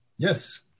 Yes